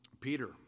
Peter